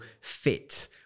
fit